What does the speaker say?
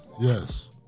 Yes